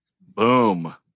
Boom